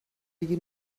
you